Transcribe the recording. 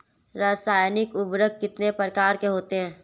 रासायनिक उर्वरक कितने प्रकार के होते हैं?